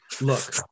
Look